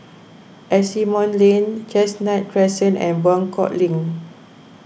Asimont Lane Chestnut Crescent and Buangkok Link